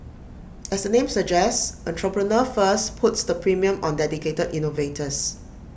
as the name suggests Entrepreneur First puts the premium on dedicated innovators